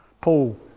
Paul